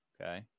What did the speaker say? okay